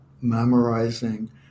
memorizing